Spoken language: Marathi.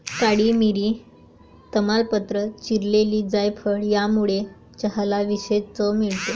काळी मिरी, तमालपत्र, चिरलेली जायफळ यामुळे चहाला विशेष चव मिळते